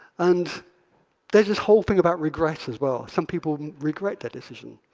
and there's this whole thing about regrets as well. some people regret that decision.